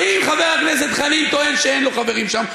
ואם חבר הכנסת חנין טוען שאין לו חברים שם,